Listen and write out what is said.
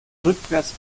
rückwärts